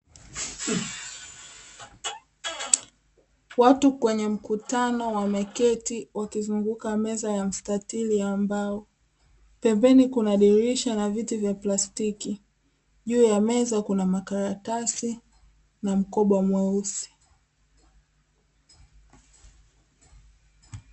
Watu kwenye mkutano wameketi wakizunguka meza ya mstatili ya mbao, pembeni kuna dirisha na viti vya plastiki, juu ya meza kuna makaratasi na mkoba mweusi.